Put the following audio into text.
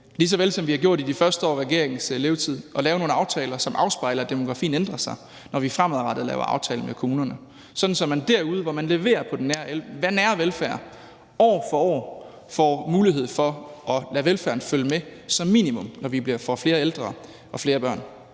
lige så vel som vi har gjort i de første år af regeringens levetid – at lave nogle aftaler, som afspejler, at demografien ændrer sig, når vi fremadrettet laver aftaler med kommunerne, sådan at man derude, hvor man leverer på den nære velfærd år for år, får mulighed for som minimum at lade velfærden følge med, når vi bliver flere ældre og flere børn.